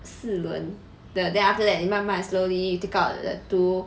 四轮 then after that you 慢慢 slowly you take out two